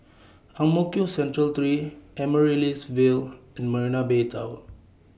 Ang Mo Kio Central three Amaryllis Ville and Marina Bay Tower